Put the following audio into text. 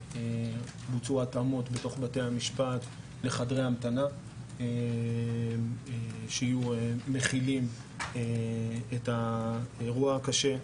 בוצעו התאמות בתוך בתי המשפט לחדרי המתנה שיהיו מכילים את האירוע הקשה.